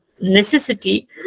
necessity